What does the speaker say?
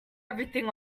everything